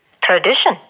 tradition